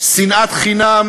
שנאת חינם